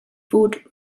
food